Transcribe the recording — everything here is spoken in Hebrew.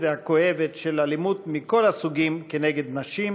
והכואבת של אלימות מכל הסוגים כנגד נשים,